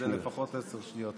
זה לפחות עשר שניות.